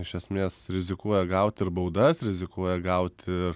iš esmės rizikuoja gaut ir baudas rizikuoja gaut ir